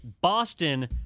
Boston